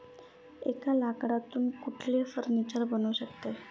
एका लाकडातून कुठले फर्निचर बनू शकते?